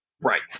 Right